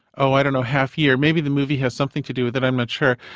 oh i don't know, half-year maybe the movie has something to do with it, i'm not sure.